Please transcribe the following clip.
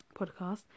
podcast